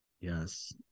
Yes